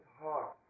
heart